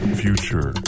future